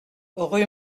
rue